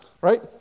Right